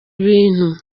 ibintu